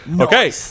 Okay